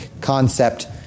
concept